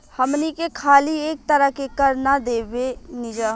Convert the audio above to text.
हमनी के खाली एक तरह के कर ना देबेनिजा